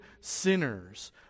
sinners